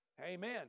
Amen